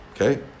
Okay